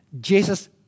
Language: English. Jesus